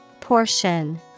Portion